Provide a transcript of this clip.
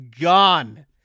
gone